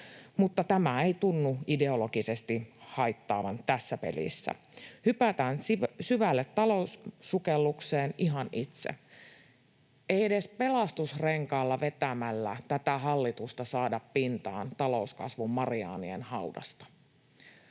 mutta tämä ei tunnu ideologisesti haittaavan tässä pelissä. Hypätään syvälle taloussukellukseen ihan itse. Ei edes pelastusrenkaalla vetämällä tätä hallitusta saada pintaan talouskasvun Mariaanien haudasta.